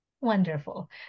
Wonderful